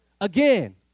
again